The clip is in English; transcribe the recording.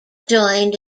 joined